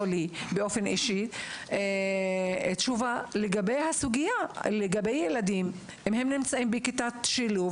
לנו תשובה לגבי הסוגיה של ילדים שנמצאים בכיתת שילוב.